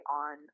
on